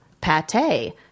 pate